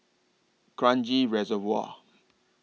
Kranji Reservoir